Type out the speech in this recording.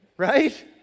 Right